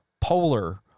polar